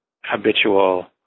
habitual